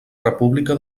república